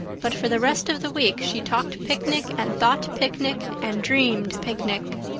but for the rest of the week she talked picnic and thought picnic and dreamed picnic.